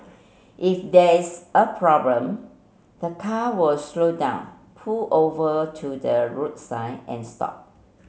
if there is a problem the car was slow down pull over to the roadside and stop